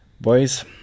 Boys